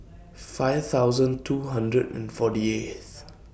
five thousand two hundred and forty eighth